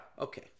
Okay